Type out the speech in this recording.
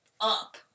up